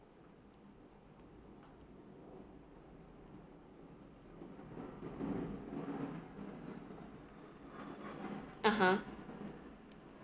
(uh huh)